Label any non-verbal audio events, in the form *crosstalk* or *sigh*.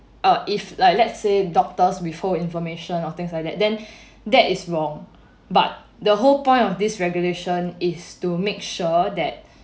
uh if like let's say doctors withhold information or things like that *breath* then that is wrong but the whole point of this regulation is to make sure that *breath*